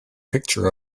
picture